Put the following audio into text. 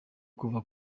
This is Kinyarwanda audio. kuva